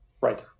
Right